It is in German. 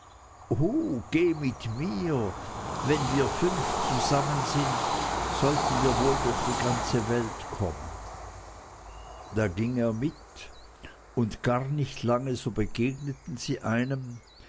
geh mit mir wenn wir fünf zusammen sind sollten wir wohl durch die ganze welt kommen da ging er mit und gar nicht lang so begegneten sie einem